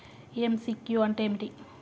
MCQ అంటే ఏమిటి?